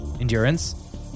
Endurance